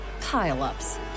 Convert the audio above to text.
pile-ups